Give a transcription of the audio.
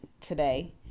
today